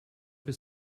his